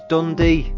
Dundee